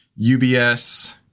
UBS